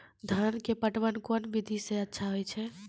धान के पटवन कोन विधि सै अच्छा होय छै?